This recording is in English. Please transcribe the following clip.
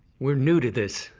we're new to this,